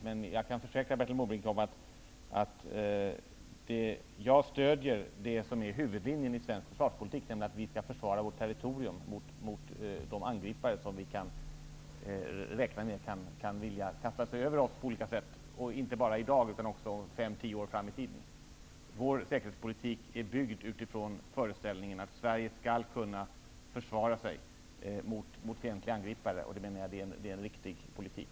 Men jag kan försäkra Bertil Måbrink att jag stödjer det som är huvudlinjen i svensk försvarspolitik, nämligen att vi skall försvara vårt territorium mot de angripare som vi kan räkna med kan vilja kasta sig över oss på olika sätt, inte bara i dag utan också fem, tio år fram i tiden. Vår säkerhetspolitik är byggd på föreställningen att Sverige skall kunna försvara sig mot fientliga angripare. Jag menar att det är en riktig politik.